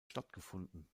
stattgefunden